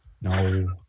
No